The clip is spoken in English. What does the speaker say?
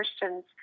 Christians